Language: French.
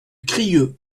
crieu